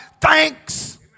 thanks